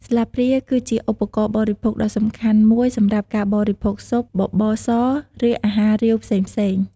ស្លាបព្រាគឺជាឧបករណ៍បរិភោគដ៏សំខាន់មួយសម្រាប់ការបរិភោគស៊ុប បបរស ឬអាហាររាវផ្សេងៗ។